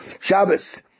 Shabbos